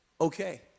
Okay